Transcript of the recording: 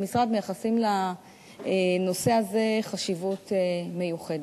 במשרד מייחסים לנושא הזה חשיבות מיוחדת,